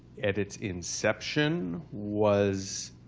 at its inception was